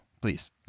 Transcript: please